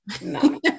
No